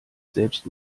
selbst